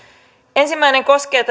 ensimmäinen koskee